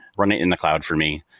run it in the cloud for me,